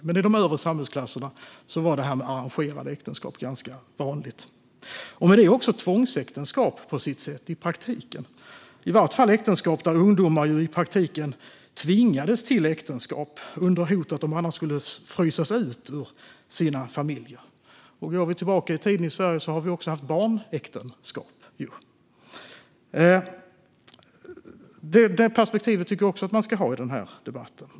Men i de övre samhällsklasserna var arrangerade äktenskap ganska vanligt. I praktiken var det fråga om tvångsäktenskap; i praktiken tvingades ungdomar till äktenskap under hot om att de annars skulle frysas ut ur sina familjer. Går vi tillbaka i tiden i Sverige har vi också haft barnäktenskap. Det perspektivet tycker jag också att vi ska ha i debatten.